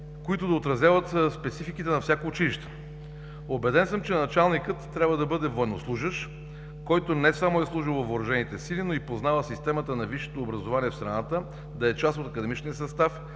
които да отразяват спецификите на всяко училище. Убеден съм, че началникът трябва да бъде военнослужещ, който не само е служил във Въоръжените сили, но и познава системата на висшето образование в страната, да е част от академичния състав,